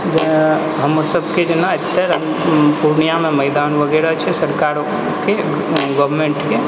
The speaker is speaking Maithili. हमर सबके जेना एतए पूर्णियामे मैदान वगैरह छै सरकारके गवर्नमेन्टके